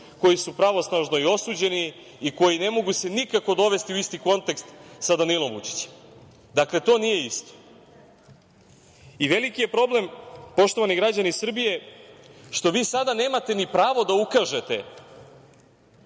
koji su pravnosnažno i osuđeni i koji se ne mogu nikako dovesti u isti kontekst sa Danilom Vučićem. Dakle, to nije isto i veliki je problem, poštovani građani Srbije, što vi sada nemate ni pravo da ukažete